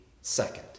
second